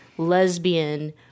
lesbian